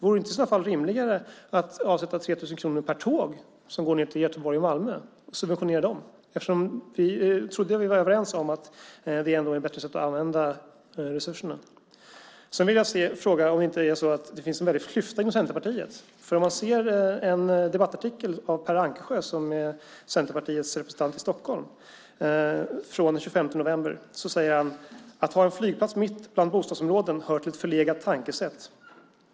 Vore det inte rimligare att avsätta 3 000 kronor per tåg som går ned till Göteborg och Malmö och subventionera dem? Jag trodde att vi var överens om att det ändå är ett bättre sätt att använda resurserna. Sedan vill jag fråga om det inte finns en väldig klyfta inom Centerpartiet. I en debattartikel av Per Ankersjö, som är Centerpartiets representant i Stockholm, från den 25 november står det: Att ha en flygplats mitt bland bostadsområden hör till ett förlegat tankesätt.